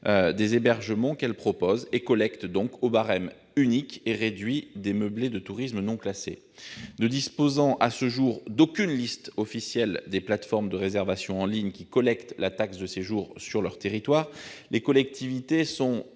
des hébergements qu'elles proposent, et collectent donc au barème unique et réduit des meublés de tourisme non classés. Ne disposant à ce jour d'aucune liste officielle des plateformes de réservation en ligne qui collectent la taxe de séjour sur leur territoire, les collectivités sont